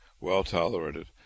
well-tolerated